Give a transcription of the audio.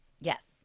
yes